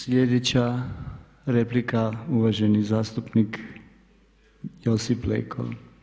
Sljedeća replika uvaženi zastupnik Josip Leko.